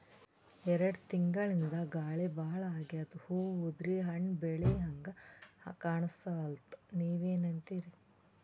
ಎರೆಡ್ ತಿಂಗಳಿಂದ ಗಾಳಿ ಭಾಳ ಆಗ್ಯಾದ, ಹೂವ ಉದ್ರಿ ಹಣ್ಣ ಬೆಳಿಹಂಗ ಕಾಣಸ್ವಲ್ತು, ನೀವೆನಂತಿರಿ?